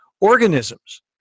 organisms